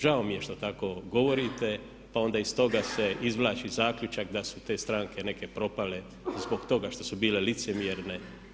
Žao mi je što tako govorite pa onda iz toga se izvlači zaključak da su te stranke neke propale zbog toga što su bile licemjerne.